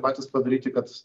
patys padaryti kad